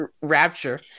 rapture